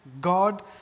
God